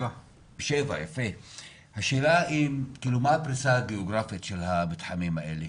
187. מה הפריסה הגיאוגרפית של המתחמים האלה?